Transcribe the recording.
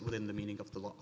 within the meaning of the l